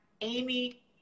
Amy